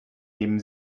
nehmen